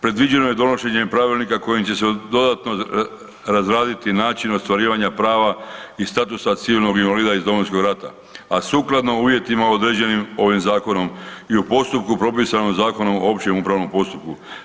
Predviđeno je donošenje pravilnika kojim će se dodatno razraditi način ostvarivanja prava i statusa civilnog invalida iz Domovinskog rata, a sukladno uvjetima određenim ovim zakonom i u postupku propisanom Zakonom o općem upravnom postupku.